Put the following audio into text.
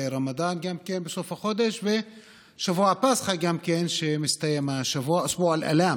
רמדאן בסוף החודש ושבוע הפסחא גם כן מסתיים השבוע,